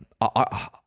I-